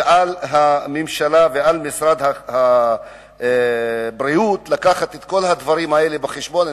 ועל הממשלה ועל משרד הבריאות להביא את כל הדברים האלה בחשבון.